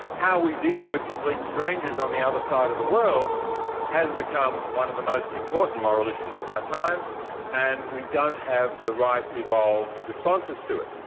how we deal with complete strangers on the other side of the world has become one of the most important moral issues of our times and we don't have the right evolved responses responses to it.